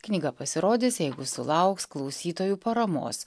knyga pasirodys jeigu sulauks klausytojų paramos